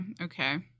okay